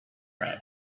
round